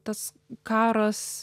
tas karas